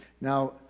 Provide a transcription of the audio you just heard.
Now